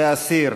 להסיר.